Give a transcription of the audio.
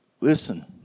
Listen